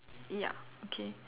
ya okay